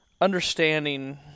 understanding